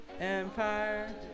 Empire